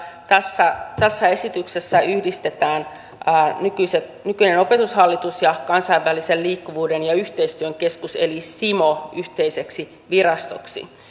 tässä esityksessä yhdistetään nykyinen opetushallitus ja kansainvälisen liikkuvuuden ja yhteistyön keskus eli cimo yhteiseksi virastoksi